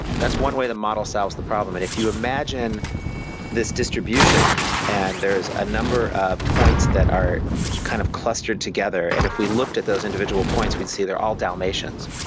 that's one way the model solves the problem. and if you imagine this distribution and there's a number of points that are kind of clustered together and if we looked at those individual points, we'd see they're all dalmatians.